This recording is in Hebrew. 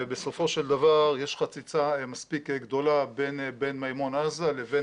בסופו של דבר יש חציצה מספיק גדולה בין מימון עזה לבין